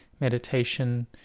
meditation